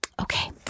okay